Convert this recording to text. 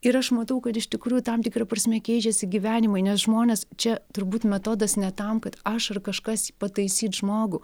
ir aš matau kad iš tikrųjų tam tikra prasme keičiasi gyvenimai nes žmonės čia turbūt metodas ne tam kad aš ar kažkas pataisyt žmogų